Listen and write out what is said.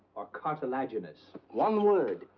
or cartilaginous. one word,